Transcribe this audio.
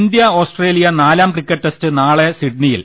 India Australia നാലാം cricket test നാളെ സിഡ്നിയിൽ